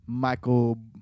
Michael